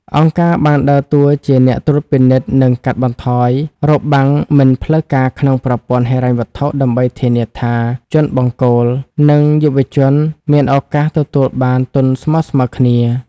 អង្គការបានដើរតួជាអ្នកត្រួតពិនិត្យ និងកាត់បន្ថយរបាំងមិនផ្លូវការក្នុងប្រព័ន្ធហិរញ្ញវត្ថុ ដើម្បីធានាថាជនបង្គោល និងយុវជនមានឱកាសទទួលបានទុនស្មើៗគ្នា។